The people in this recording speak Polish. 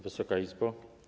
Wysoka Izbo!